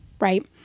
right